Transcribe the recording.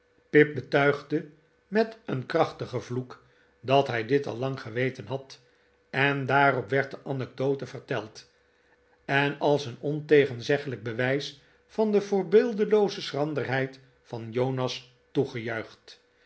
pip betuigde met een krachtigen vloek dat hij dit al lang geweten had en daarop werd de anecdote verteld en als een ontegenzeggelijk bewijs van de voorbeeldelooze schranderheid van jonas